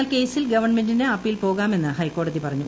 എന്നാൽ ക്കേസിൽ ഗവൺമെന്റിന് അപ്പീൽ പോകാമെന്ന് ഹൈക്കോടതി പറഞ്ഞു